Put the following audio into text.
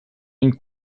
une